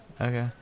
okay